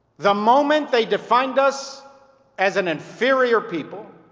the moment they defined us as an inferior people